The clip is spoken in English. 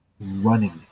running